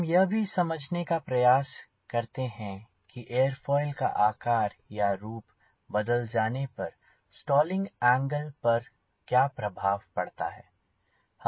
हम यह भी समझने का प्रयास करते हैं कि एरोफॉइल का आकार या रूप बदल जाने पर स्टॉलिंग एंगल पर क्या प्रभाव पड़ता है